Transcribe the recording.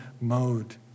mode